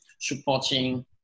Supporting